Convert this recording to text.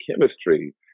chemistry